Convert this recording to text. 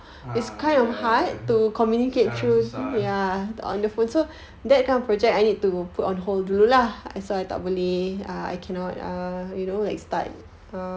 ah ah ya ya ya sekarang susah eh